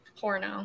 Porno